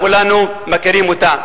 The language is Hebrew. כולנו מכירים אותה.